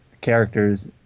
characters